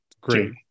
Great